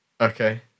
Okay